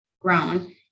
grown